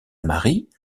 marie